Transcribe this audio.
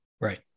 Right